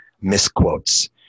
misquotes